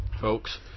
folks